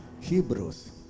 Hebrews